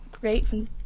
great